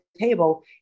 table